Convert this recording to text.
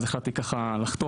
אז החלטתי לסיים